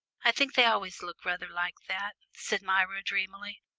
i think they always look rather like that, said myra dreamily.